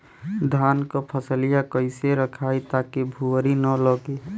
धान क फसलिया कईसे रखाई ताकि भुवरी न लगे?